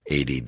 ADD